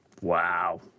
Wow